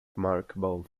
remarkable